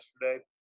yesterday